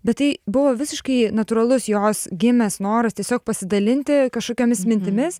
bet tai buvo visiškai natūralus jos gimęs noras tiesiog pasidalinti kažkokiomis mintimis